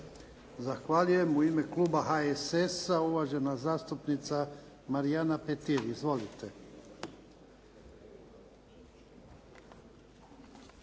Zahvaljujem. U ime kluba HSS-a, uvažena zastupnica Marijana Petir. Izvolite.